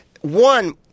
one